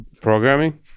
Programming